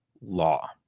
law